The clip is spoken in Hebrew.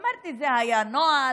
אמרתי: זה היה נוהל.